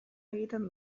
egiten